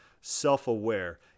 self-aware